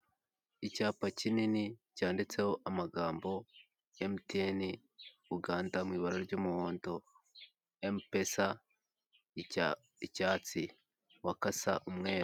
Icyapa kinini cyanditseho amagambo emutiyrne uganda mu ibara ry'umuhondo, emupesa icyatsi, wakasa umweru.